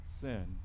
sin